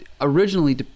originally